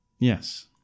yes